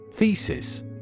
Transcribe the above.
Thesis